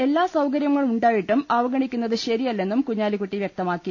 എല്ലാ സൌകര്യങ്ങളും ഉണ്ടായിട്ടും അവഗണിക്കുന്നത് ശരിയല്ലെന്നും കുഞ്ഞാലിക്കുട്ടി വ്യക്തമാക്കി